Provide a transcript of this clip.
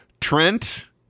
Trent